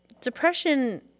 depression